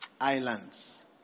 Islands